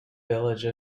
village